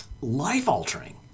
life-altering